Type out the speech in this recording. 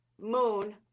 moon